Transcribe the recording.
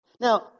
Now